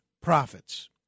profits